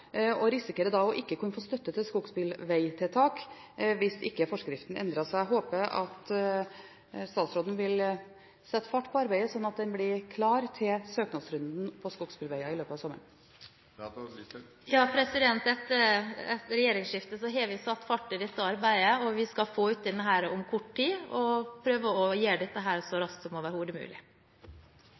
og risikerer da ikke å få støtte til skogsbilvegtiltak hvis ikke forskriften endres. Jeg håper at statsråden vil sette fart i arbeidet, sånn at endringen blir klar til søknadsrunden for skogsbilveger i løpet av sommeren. Etter regjeringsskiftet har vi satt fart i dette arbeidet, og vi skal prøve å gjøre dette så raskt som mulig og få ut denne endringen så raskt som overhodet mulig.